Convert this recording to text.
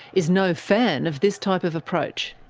is no fan of this type of approach.